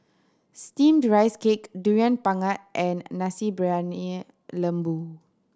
Steamed Rice Cake Durian Pengat and Nasi Briyani Lembu